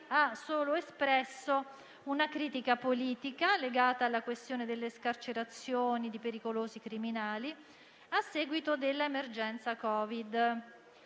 ha solo espresso una critica politica legata alla questione delle scarcerazioni di pericolosi criminali a seguito dell'emergenza Covid.